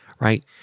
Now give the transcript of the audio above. right